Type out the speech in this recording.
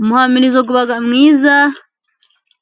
Umuhamirizo uba mwiza